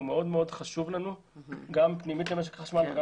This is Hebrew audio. הוא מאוד חשוב לנו גם פנימית למשק החשמל וגם